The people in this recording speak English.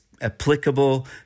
applicable